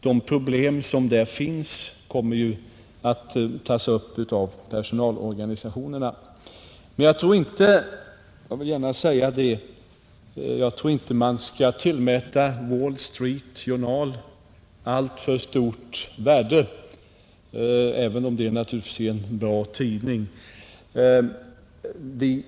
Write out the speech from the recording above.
De problem som där finns kommer ju att tas upp av personalorganisationerna. Jag tror inte — jag vill gärna säga det — att man skall tillmäta Wall Street Journal alltför stort värde, även om det naturligtvis är en bra tidning.